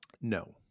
no